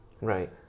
right